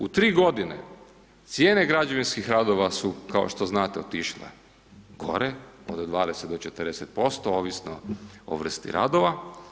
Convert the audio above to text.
U tri godine cijene građevinskih radova su kao što znate otišle gore, od 20 do 40% ovisno o vrsti radova.